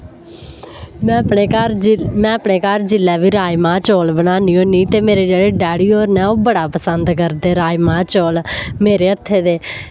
मैं अपने घर जिल मैं अपने घर जिसलै बी राजमाह् चौल बनान्नी होन्नी ते मेरे जेह्ड़े डैडी होर न ओह् बड़ा पसंद करदे राजमाह् चौल मेरे हत्थे दे